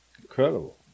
Incredible